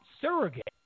surrogate